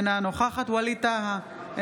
אינה נוכחת ווליד טאהא,